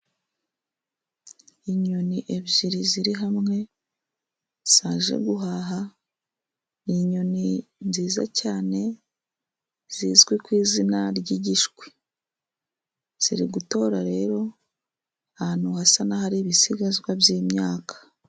Inyoni ebyiri ziri hamwe, zaje guhaha ni inyoni nziza cyane, zizwi ku izina ry'Igishwi ziri gutora rero ahantu hasa n'ahari ibisigazwa by'imyaka.